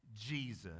Jesus